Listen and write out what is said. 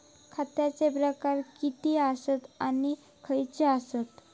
खतांचे प्रकार किती आसत आणि खैचे आसत?